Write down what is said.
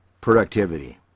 productivity